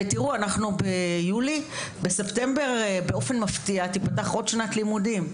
אנחנו ביולי, בספטמבר תיפתח עוד שנת לימודים.